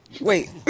Wait